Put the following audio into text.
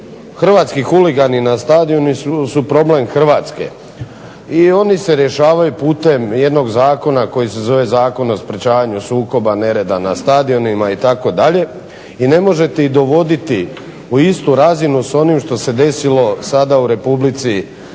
hrvatski huligani na stadionu su problem Hrvatske i oni se rješavaju putem jednog zakona koji se zove Zakon o sprečavanju sukoba nereda na stadionima itd. i ne možete ih dovoditi u istu razinu s onim što se desilo sada u Republici Srbiji